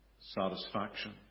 satisfaction